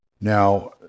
now